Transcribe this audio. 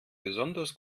besonders